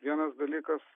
vienas dalykas